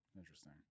interesting